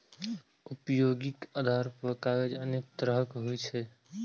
उपयोगक आधार पर कागज अनेक तरहक होइ छै